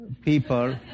people